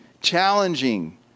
challenging